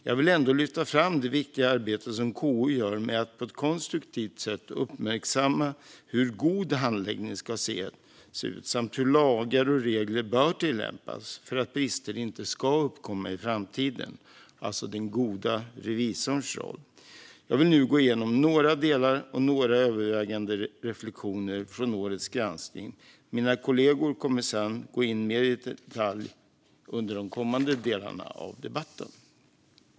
Jag vill ändå lyfta fram det viktiga arbete som KU gör med att på ett konstruktivt sätt uppmärksamma hur god handläggning ska se ut samt hur lagar och regler bör tillämpas för att brister inte ska uppkomma i framtiden. Det är den goda revisorns roll. Gransknings betänkandeInledning Jag vill nu gå igenom några delar och några övergripande reflektioner från årets granskning. Mina kollegor kommer att gå in mer i detalj i de kommande delarna av debatten.